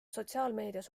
sotsiaalmeedias